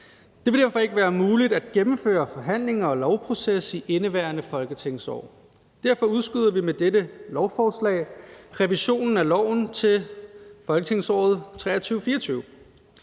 Det vil derfor ikke være muligt at gennemføre forhandlinger og lovproces i indeværende folketingsår, og derfor udskyder vi med dette lovforslag revisionen af loven til folketingsåret 2023-24.